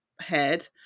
head